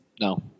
No